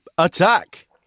Attack